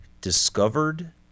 discovered